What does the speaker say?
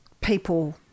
people –